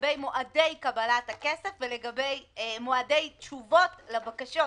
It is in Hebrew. לגבי מועדי קבלת הכסף ולגבי מועדי תשובות לבקשות,